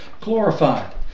glorified